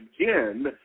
again